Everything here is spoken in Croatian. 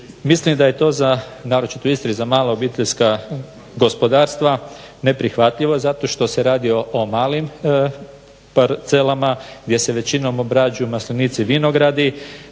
Mislim da je to za, naročito u Istri, za mala obiteljska gospodarstva neprihvatljivo zato što se radi o malim parcelama gdje se većinom obrađuju maslenici i vinogradi.